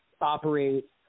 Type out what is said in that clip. operate